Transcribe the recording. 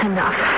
Enough